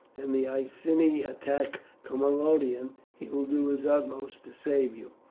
and the iceni attack camalodunum, he will do his utmost to save you.